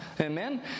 Amen